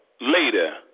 later